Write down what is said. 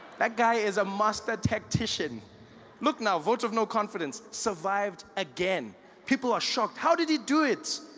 that guy is a master tactician look now, vote of no confidence survived again people are shocked, how did he do it?